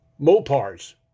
Mopars